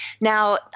Now